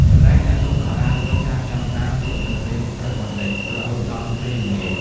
ចំណែកអ្នកលក់ខោអាវវិញអាចចាប់ផ្តើមលក់នៅពេលព្រឹកបន្តិច រហូតដល់ពេលល្ងាច។